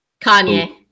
Kanye